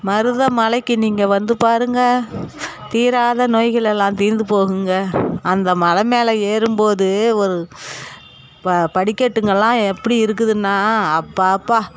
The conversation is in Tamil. மருதமலைக்கு நீங்கள் வந்து பாருங்க தீராத நோய்களெல்லாம் தீர்ந்து போகுங்க அந்த மலை மேலே ஏறும்போது ஒரு படிக்கட்டுங்களாம் எப்படி இருக்குதுனா அப்பாப்பா